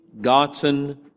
gotten